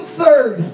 third